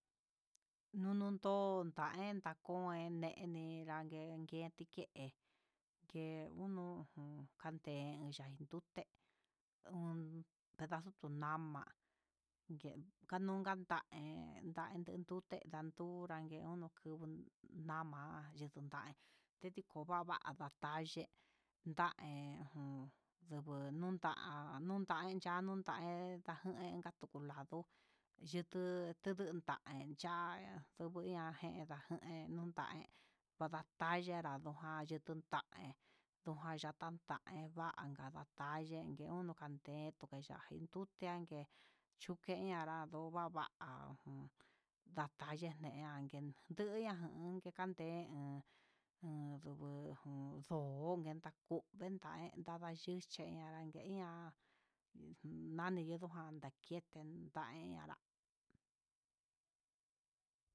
Nunun ndo naentakun ndó naene nene yaente kii, ke ujun kandii chen ndute pedazo tunama yen kadunkan nda'a, en nan ndute nandú, anren nkuu nama yindon ndaí ndetikuva'a ndataya chen ndaen un ndugu n 'a, an undá chanó ayúnde, unka ngue andungu lado chutu tujun tai cha'á, ngujuña chendá enda je dataya jen ndakande'e ndujujan yatande yema'a anga ndahe uno kayee tutengue chuke anratova va'a jun ndatayee ne'e yanken kuyan jan ndakandén ngun ndó chinakuu entaiña tadayixhi enña anrandian uun nani un ndakete ndaiña.